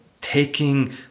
taking